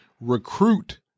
recruit